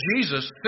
Jesus